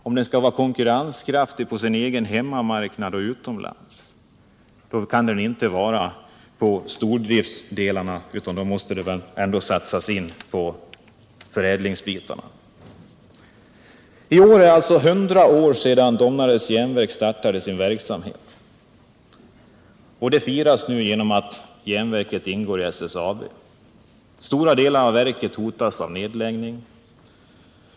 Om den skall vara konkurrenskraftig på sin hemmamarknad och utomlands kan man inte satsa på stordriftsdelarna utan då måste man satsa på förädlingsbitarna. I år är det 100 år sedan Domnarvets Jernverk startade sin verksamhet. Det firas nu genom att järnverket ingår i SSAB. Stora delar av verket hotas av Nr 111 nedläggning.